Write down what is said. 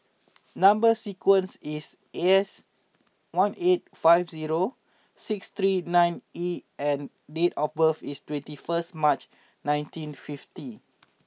number sequence is S one eight five zero six three nine E and date of birth is twenty first March nineteen fifty